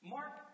Mark